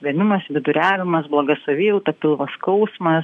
vėmimas viduriavimas bloga savijauta pilvo skausmas